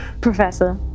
Professor